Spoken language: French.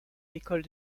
l’école